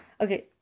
Okay